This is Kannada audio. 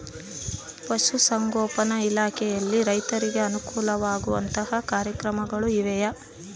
ಪಶುಸಂಗೋಪನಾ ಇಲಾಖೆಯಲ್ಲಿ ರೈತರಿಗೆ ಅನುಕೂಲ ಆಗುವಂತಹ ಕಾರ್ಯಕ್ರಮಗಳು ಇವೆಯಾ?